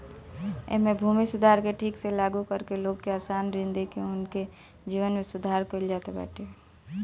एमे भूमि सुधार के ठीक से लागू करके लोग के आसान ऋण देके उनके जीवन में सुधार कईल जात बाटे